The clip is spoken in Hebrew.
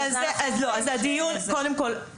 (עוצמה יהודית): אז לא הדיון קודם כל,